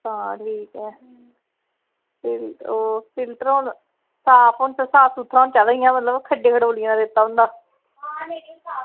तां ठीक ऐ ते ओह् फिल्टर साफ सूथरा होना चाहिदा जियां खड्डां खढ़ोलियां दा होंदा